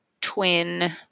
twin